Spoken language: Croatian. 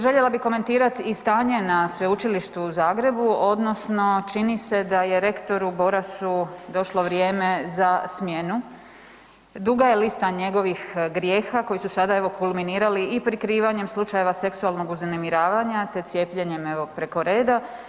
Željela bih komentirati i stanje na Sveučilištu u Zagrebu, odnosno čini se da je rektoru Borasu došlo vrijeme za smjenu, duga je lista njegovih grijeha koji su sada, evo, kulminirali i prikrivanjem slučajeva seksualnog uznemiravanja te cijepljenjem evo, preko reda.